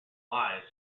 lies